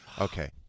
Okay